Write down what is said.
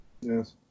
Yes